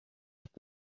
ist